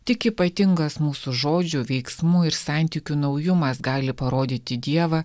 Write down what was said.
tik ypatingas mūsų žodžių veiksmų ir santykių naujumas gali parodyti dievą